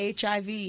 HIV